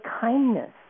kindness